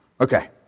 Okay